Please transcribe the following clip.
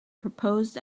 proposed